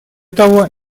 того